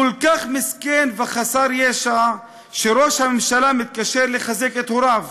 כל כך מסכן וחסר ישע שראש הממשלה מתקשר לחזק את הוריו.